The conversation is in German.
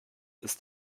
ist